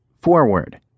forward